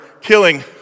killing